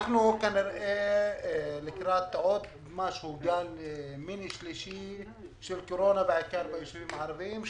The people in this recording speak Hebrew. כנראה שאנחנו לקראת מיני גל שלישי של קורונה בישובים הערביים.